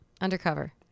undercover